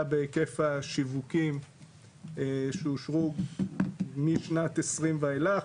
בהיקף השיווקים שאושרו משנת 2020 ואילך,